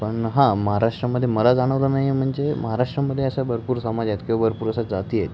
पण हां महाराष्ट्रामध्ये मला जाणवलं नाही आहे म्हणजे महाराष्ट्रामध्ये असा भरपूर समाज आहेत किंवा भरपूर असा जाती आहेत